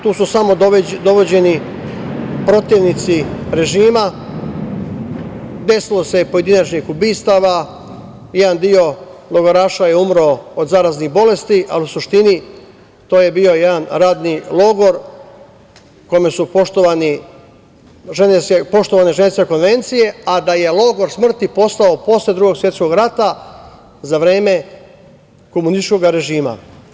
Tu su samo dovođeni protivnici režima, desilo se pojedinačnih ubistava, jedan deo logoraša je umro od zaraznih bolesti, ali u suštini to je bio jedan radni logor u kome su poštovane Ženevske konvencije, a da je logor smrti postao posle Drugog svetskog rata za vreme komunističkog režima.